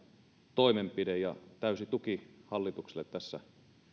toimenpide ja täysi tuki hallitukselle tässä